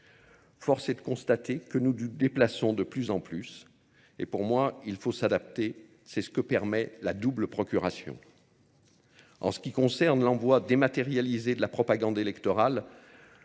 Force est de constater que nous nous déplaçons de plus en plus. Et pour moi, il faut s'adapter. C'est ce que permet la double procuration. En ce qui concerne l'envoi dématérialisé de la propagande électorale,